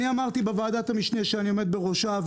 אני אמרתי בוועדת המשנה שאני עומד בראשה,